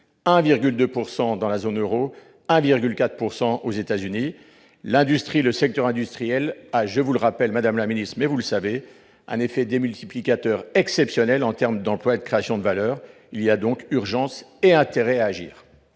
1,2 % dans la zone euro et 1,4 % aux États-Unis. Le secteur industriel a, je vous le rappelle, madame la secrétaire d'État, mais vous le savez, un effet démultiplicateur exceptionnel en termes d'emplois et de créations de valeurs. Il y a donc urgence et intérêt à agir